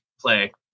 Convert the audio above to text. play